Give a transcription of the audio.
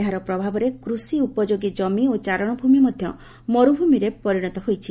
ଏହାର ପ୍ରଭାବରେ କୃଷି ଉପଯୋଗ ଜମି ଓ ଚାରଣଭୂମି ମଧ୍ୟ ମରୁଭୂମିରେ ପରିଣତ ହୋଇଛି